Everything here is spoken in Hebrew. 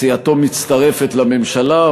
כאשר סיעתו מצטרפת לממשלה,